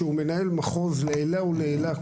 שהוא מנהל מחוז לעילא ולעילא,